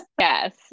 Yes